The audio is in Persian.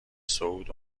صعود